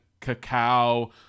cacao